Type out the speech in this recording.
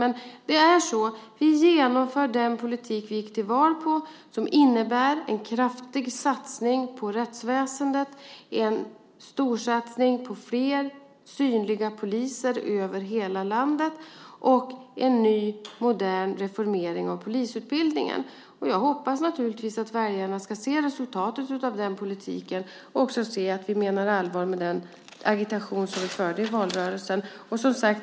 Men det är så att vi genomför den politik som vi gick till val på, som innebär en kraftig satsning på rättsväsendet, en storsatsning på fler synliga poliser över hela landet och en ny, modern, reformering av polisutbildningen. Jag hoppas naturligtvis att väljarna ska se resultatet av den politiken - och också se att vi menade allvar med den agitation som vi förde i valrörelsen.